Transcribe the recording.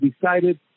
decided